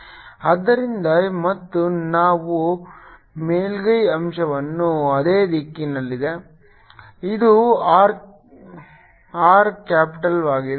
ds charged enclosed0 ಆದ್ದರಿಂದ ಮತ್ತು ಮೇಲ್ಮೈ ಅಂಶವು ಅದೇ ದಿಕ್ಕಿನಲ್ಲಿದೆ ಇದು R ಕ್ಯಾಪಿಟಲ್ವಾಗಿದೆ